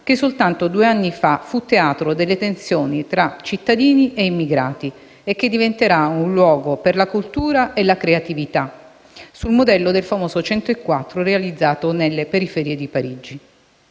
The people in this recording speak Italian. che soltanto due anni fa fu teatro delle tensioni tra cittadini e immigrati e che diventerà un luogo per la cultura e la creatività, sul modello del famoso "104" realizzato nella periferia di Parigi.